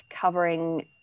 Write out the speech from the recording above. covering